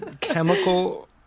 chemical